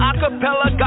Acapella